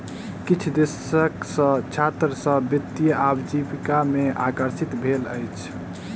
किछु दशक सॅ छात्र सभ वित्तीय आजीविका में आकर्षित भेल अछि